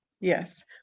Yes